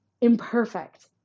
imperfect